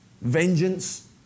vengeance